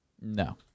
No